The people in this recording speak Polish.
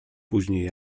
później